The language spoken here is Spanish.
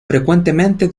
frecuentemente